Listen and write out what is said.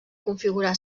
configurar